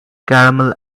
caramel